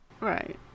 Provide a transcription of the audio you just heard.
Right